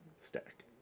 Stack